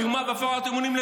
מרמה והפרת אמונים.